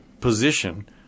position